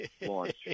launch